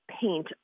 paint